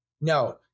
No